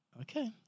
Okay